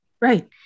Right